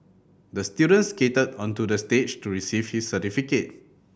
the student skated onto the stage to receive his certificate